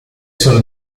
sono